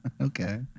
Okay